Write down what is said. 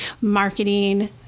marketing